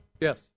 Yes